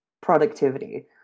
productivity